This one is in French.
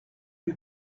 lui